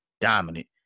dominant